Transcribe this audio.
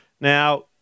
Now